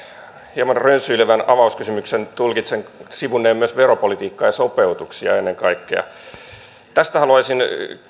hieman rönsyilevän avauskysymyksen tulkitsen sivunneen myös veropolitiikkaa ja ennen kaikkea sopeutuksia tästä haluaisin